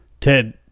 Ted